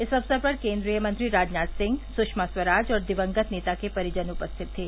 इस अवसर पर केन्द्रीय मंत्री राजनाथ सिंह सुषमा स्वराज और दिवंगत नेता के परिजन उपस्थित थे